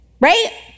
Right